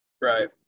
Right